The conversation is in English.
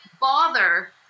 bother